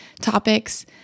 topics